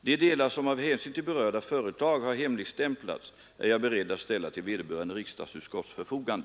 De delar som av hänsyn till berörda företag har hemligstämplats är jag beredd att ställa till vederbörande riksdagsutskotts förfogande.